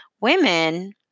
women